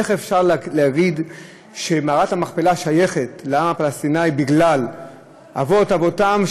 איך אפשר להגיד שמערת המכפלה שייכת לעם הפלסטיני בגלל אבות אבותיהם,